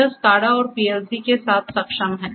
यह SCADA और PLC के साथ सक्षम है